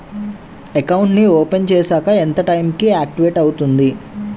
Account నీ open చేశాక ఎంత టైం కి ఆక్టివేట్ అవుతుంది?